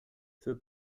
für